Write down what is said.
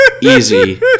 easy